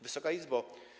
Wysoka Izbo!